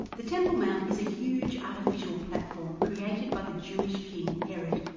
the temple mount is a huge artificial platform created by the jewish king, herod,